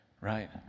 right